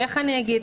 איך אומר,